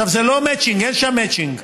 זה לא מצ'ינג, אין שם מצ'ינג,